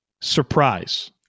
surprise